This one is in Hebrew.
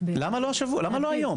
למה לא היום?